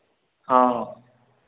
हँ